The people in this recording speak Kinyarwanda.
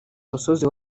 musozi